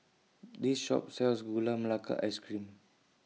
This Shop sells Gula Melaka Ice Cream